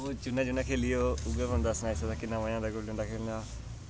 ओह् जिन्ने जिन्ने खेल्ली होग ओह् उऐ बंदा सनाई सकदा किन्ना मजा औंदा गुल्ली डंडा खेल्लने दा